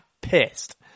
pissed